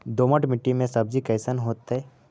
दोमट मट्टी में सब्जी कैसन होतै?